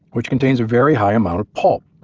which contains a very high amount of pulp.